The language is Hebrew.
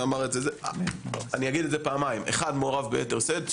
מעורב ביתר-שאת,